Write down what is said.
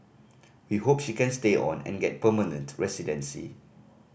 we hope she can stay on and get permanent residency